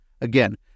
Again